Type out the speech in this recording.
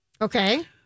Okay